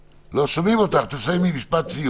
אם את לא תפסיקי להפריע אני אפסיק את הדיון,